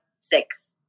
Six